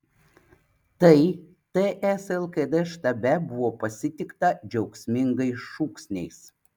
tai ts lkd štabe buvo pasitikta džiaugsmingais šūksniais